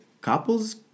couples